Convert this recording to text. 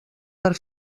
per